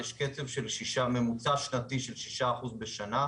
יש קצב ממוצע שנתי של 6% בשנה,